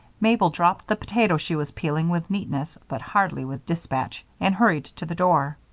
mabel dropped the potato she was peeling with neatness but hardly with dispatch, and hurried to the door.